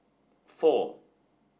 four